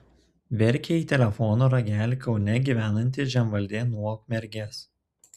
verkė į telefono ragelį kaune gyvenanti žemvaldė nuo ukmergės